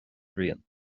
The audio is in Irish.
bhriain